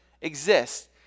exist